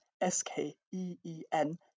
S-K-E-E-N